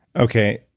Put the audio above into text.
okay,